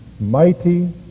mighty